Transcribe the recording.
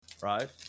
right